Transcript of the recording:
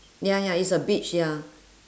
ya ya is a beach ya